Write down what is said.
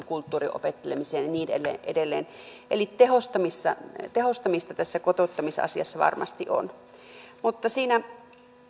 kulttuurin opettelemiseen ja niin edelleen eli tehostamista tehostamista tässä kotouttamisasiassa varmasti on mutta siinä